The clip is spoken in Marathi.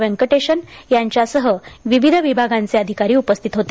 वेंकटेशम यांच्यासह विविध विभागांचे अधिकारी उपस्थित होते